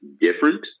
different